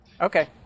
Okay